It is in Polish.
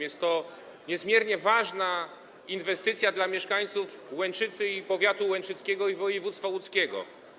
Jest to niezmiernie ważna inwestycja dla mieszkańców Łęczycy, powiatu łęczyckiego i województwa łódzkiego.